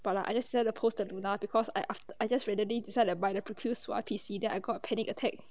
but like I just set the post on murna because I after I just readily decide to buy the purpils for I_P_C then I got a panic attack